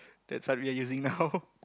that's what we're using now